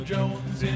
Jones